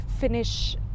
finish